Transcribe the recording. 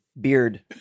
Beard